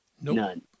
None